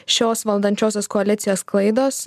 šios valdančiosios koalicijos klaidos